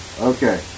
Okay